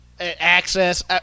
Access